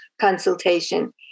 consultation